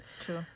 True